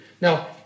Now